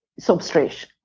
substrate